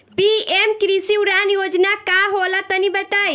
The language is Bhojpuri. पी.एम कृषि उड़ान योजना का होला तनि बताई?